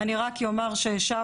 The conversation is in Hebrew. אני רק אומר ששבנו